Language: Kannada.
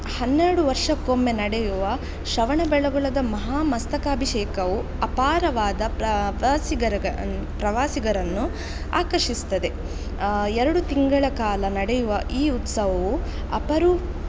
ಹನ್ನೆರಡು ವರ್ಷಕ್ಕೊಮ್ಮೆ ನಡೆಯುವ ಶ್ರವಣಬೆಳಗೊಳದ ಮಹಾ ಮಸ್ತಕಾಭಿಷೇಕವು ಅಪಾರವಾದ ಪ್ರವಾಸಿಗ ಪ್ರವಾಸಿಗರನ್ನು ಆಕರ್ಷಿಸ್ತದೆ ಎರಡು ತಿಂಗಳ ಕಾಲ ನಡೆಯುವ ಈ ಉತ್ಸವವು ಅಪರೂ